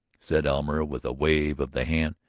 said elmer with a wave of the hand.